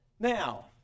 Now